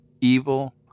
Evil